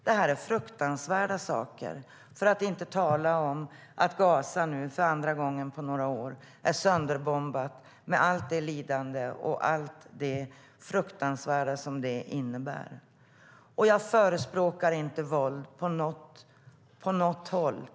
Jag förespråkar inte våld på något håll.